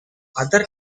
other